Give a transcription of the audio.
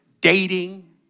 dating